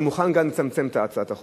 אני מוכן גם לצמצם את הצעת החוק.